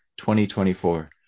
2024